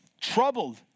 troubled